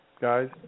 guys